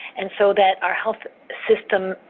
and so that our health system,